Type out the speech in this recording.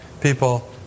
people